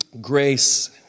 Grace